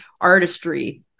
artistry